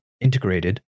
integrated